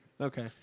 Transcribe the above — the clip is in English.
Okay